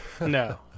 no